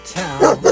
town